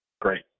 great